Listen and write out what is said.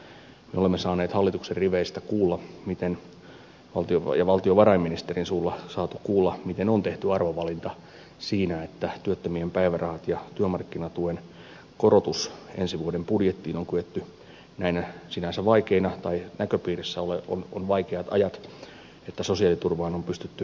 me olemme saaneet hallituksen riveistä ja valtiovarainministerin suulla kuulla miten on tehty arvovalinta siinä että työttömien päivärahat ja työmarkkinatuen korotus ensi vuoden budjettiin on kyetty että sosiaaliturvaan on pystytty korotus näinä sinänsä vaikeina aikoina tai näköpiirissä olevina vaikeina aikoina tekemään